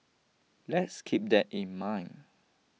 let's keep that in mind